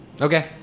Okay